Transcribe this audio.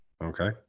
Okay